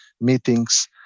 meetings